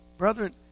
Brethren